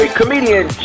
comedian